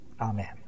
Amen